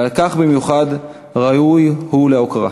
ועל כך במיוחד ראוי הוא להוקרה.